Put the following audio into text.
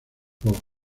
pobres